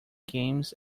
games